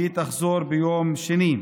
היא תחזור ביום שני.